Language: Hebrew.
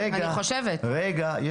רגע.